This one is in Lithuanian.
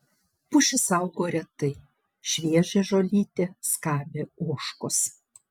pušys augo retai šviežią žolytę skabė ožkos